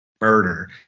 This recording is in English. murder